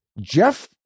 Jeff